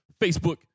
Facebook